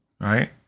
right